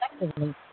effectively